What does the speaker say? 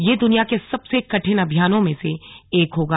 ये दुनिया के सबसे कठिन अभियानों में से एक होगा